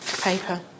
paper